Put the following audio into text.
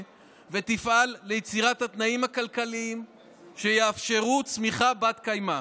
ותפעל ליצירת התנאים הכלכליים שיאפשרו צמיחה בת-קיימא.